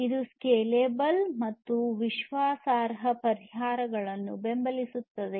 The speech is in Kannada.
ಇದು ಸ್ಕೇಲೆಬಲ್ ಮತ್ತು ವಿಶ್ವಾಸಾರ್ಹ ಪರಿಹಾರಗಳನ್ನು ಬೆಂಬಲಿಸುತ್ತದೆ